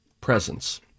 presence